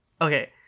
okay